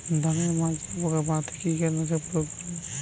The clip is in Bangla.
ধানের মাজরা পোকা মারতে কি কীটনাশক প্রয়োগ করব?